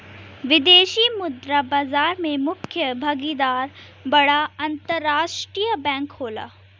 विदेशी मुद्रा बाजार में मुख्य भागीदार बड़ा अंतरराष्ट्रीय बैंक होला